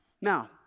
Now